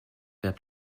their